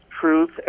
truth